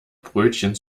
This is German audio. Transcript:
brötchen